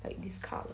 like this colour